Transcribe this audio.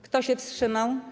Kto się wstrzymał?